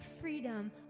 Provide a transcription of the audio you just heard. freedom